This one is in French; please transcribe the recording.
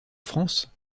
france